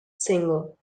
single